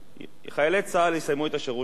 חיילי צה"ל יסיימו את השירות שלהם,